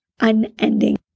unending